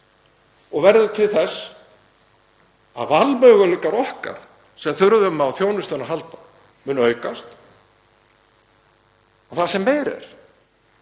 Það verður til þess að valmöguleikar okkar sem þurfum á þjónustunni að halda munu aukast og það sem meira er,